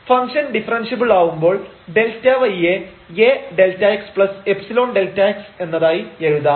function differentiable ആവുമ്പോൾ Δy യെ A Δxϵ Δx എന്നതായി എഴുതാം